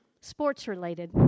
sports-related